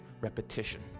repetition